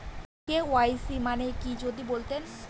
KYC মানে কি যদি বলতেন?